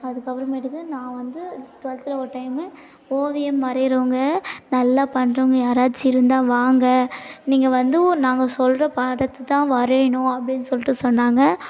அதுக்குப்புறமேட்டுக்கு நான் வந்து டுவெலத்தில் ஒரு டைம்மு ஓவியம் வரைகிறவங்க நல்லா பண்ணுறவங்க யாராச்சும் இருந்தால் வாங்க நீங்கள் வந்து நாங்கள் சொல்கிற படத்தை தான் வரையணும் அப்படின்னு சொல்லிட்டு சொன்னாங்க